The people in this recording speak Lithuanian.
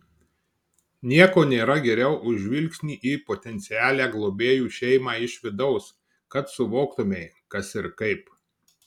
nieko nėra geriau už žvilgsnį į potencialią globėjų šeimą iš vidaus kad suvoktumei kas ir kaip